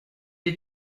est